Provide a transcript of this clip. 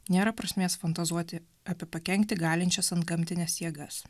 nėra prasmės fantazuoti apie pakenkti galinčias antgamtines jėgas